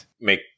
Make